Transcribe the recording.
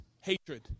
hatred